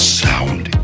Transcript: sound